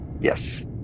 Yes